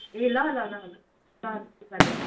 ए ल ल ल ल ल लुगा लिएर